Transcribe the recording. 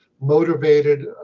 motivated